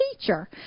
teacher